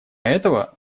этого